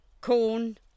corn